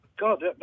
God